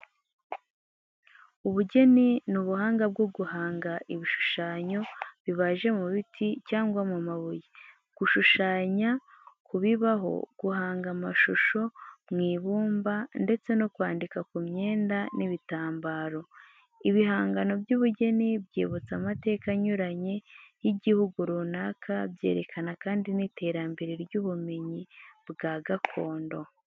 Ubugeni ni ubuhanga bwo guhanga ibishushanyo bibaje mu biti cyangwa mu mabuye, gushushanya ku bibaho, guhanga amashusho mu ibumba ndetse no kwandika ku myenda n'ibitambaro. Ibihangano by'ubugeni byibutsa amateka anyuranye y'igihugu runaka, byerekana kandi n'iterambere ry'ubumenyi bwa gakondo.